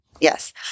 Yes